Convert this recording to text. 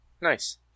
Nice